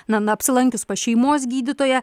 na na apsilankius pas šeimos gydytoją